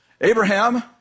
Abraham